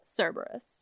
Cerberus